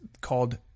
called